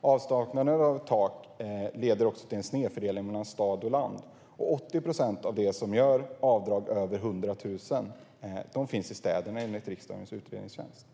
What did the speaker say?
Avsaknaden av tak leder också till en snedfördelning mellan stad och land. 80 procent av dem som gör avdrag över 100 000 kronor finns enligt riksdagens utredningstjänst i städerna.